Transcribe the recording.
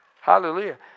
Hallelujah